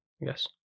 yes